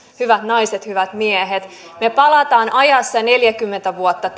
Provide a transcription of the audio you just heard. hyvät naiset hyvät miehet me palaamme ajassa neljäkymmentä vuotta